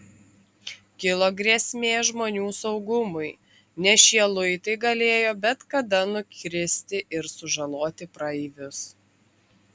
kilo grėsmė žmonių saugumui nes šie luitai galėjo bet kada nukristi ir sužaloti praeivius